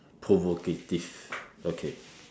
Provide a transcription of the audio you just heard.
provocative okay